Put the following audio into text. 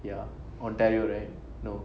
ya ontario right no